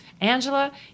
Angela